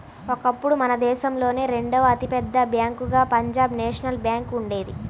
ఒకప్పుడు మన దేశంలోనే రెండవ అతి పెద్ద బ్యేంకుగా పంజాబ్ నేషనల్ బ్యేంకు ఉండేది